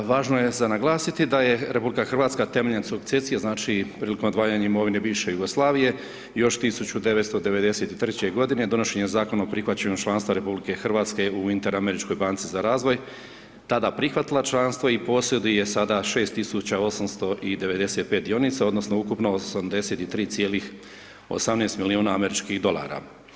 Važno je za naglasiti da je RH temeljem sukcesije, znači, prilikom odvajanja imovine bivše Jugoslavije još 1993.-će godine, donošenjem Zakona o prihvaćanju članstva RH u Inter-Američkoj banci za razvoj, tada prihvatila članstvo i posjeduje sada 6895 dionica odnosno ukupno 83,18 milijuna američkih dolara.